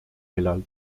millal